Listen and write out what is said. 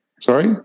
Sorry